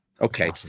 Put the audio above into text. okay